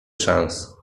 szans